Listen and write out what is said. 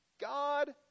God